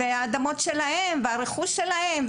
שהאדמות שלהם והרכוש שלהם.